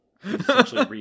Essentially